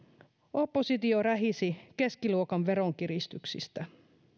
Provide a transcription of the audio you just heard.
oppositio rähisi keskiluokan veronkiristyksistä